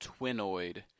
Twinoid